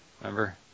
Remember